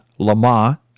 Lama